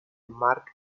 mark